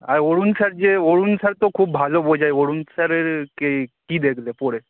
আর Arun sir যে Arun sir তো খুব ভালো বোঝায় অরুণ স্যারের কে কী দেখলে পড়ে